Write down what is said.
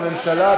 הממשלה,